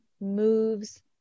moves